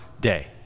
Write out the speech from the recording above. day